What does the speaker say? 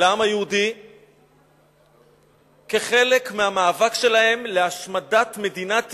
לעם היהודי כחלק מהמאבק שלהם להשמדת מדינת ישראל,